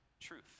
truth